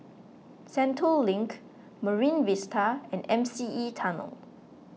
Sentul Link Marine Vista and M C E Tunnel